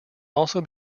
also